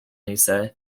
lisa